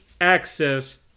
access